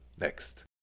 next